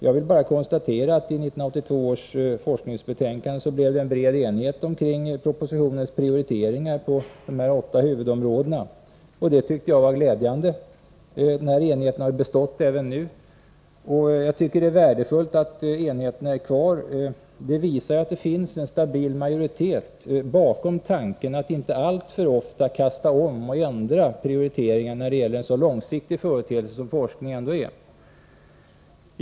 Jag vill bara konstatera att i 1982 års forskningsbetänkande blev det en bred enighet omkring propositionens prioriteringar på de åtta huvudområdena. Det tycker jag var glädjande. Denna enighet har bestått, vilket är värdefullt. Det visar att det finns en stabil majoritet bakom tanken att inte alltför ofta kasta om och ändra prioriteringar ien så långsiktig företeelse som forskning ändå är.